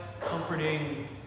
comforting